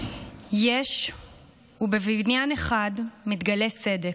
"יש ובבניין מתגלה סדק.